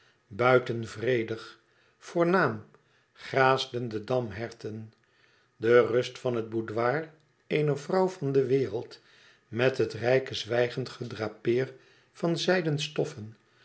buiten vredig voornaam graasden de damherten de rust van het boudoir eener vrouw van de wereld met het rijke zwijgend gedrapeer van zijden stoffen